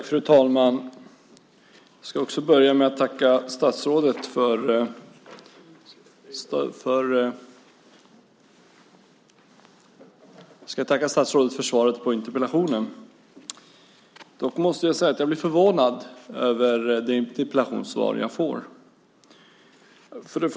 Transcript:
Fru talman! Jag ska börja med att tacka statsrådet för svaret på interpellationen. Dock har jag blivit förvånad över det interpellationssvar jag har fått.